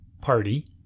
party